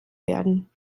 werden